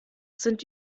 sind